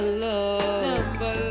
love